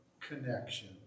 connection